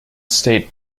state